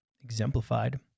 exemplified